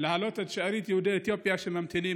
להעלות את שארית יהודי אתיופיה שממתינים,